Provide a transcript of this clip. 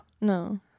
No